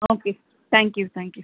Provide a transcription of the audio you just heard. okay thank you thank you